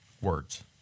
Words